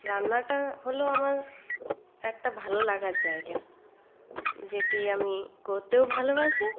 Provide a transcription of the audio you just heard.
রান্নাটা হলো আমার একটা ভালোলাগার জায়গা যেটি আমি করতেও ভালোবাসি